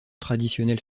traditionnel